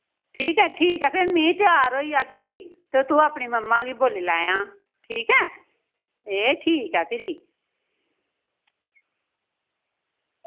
ठीक ऐ ठीक ऐ फिर मैं त्यार होई जागी ते तू अपनी मम्मा गी बोल्ली लैयां ठीक ऐ ए ठीक ऐ फिरी